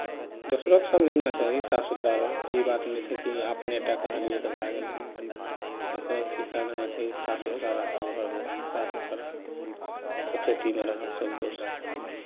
दोसरोकेँ समझेना चाही साफ रह ई बात नहि छै कि अपने टा कहलियै तऽ भए गेलै